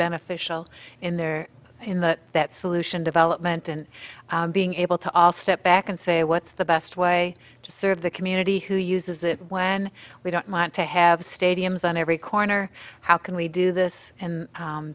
beneficial in their in the that solution development and being able to all step back and say what's the best way to serve the community who uses it when we don't want to have stadiums on every corner how can we do this and